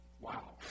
Wow